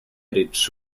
rycz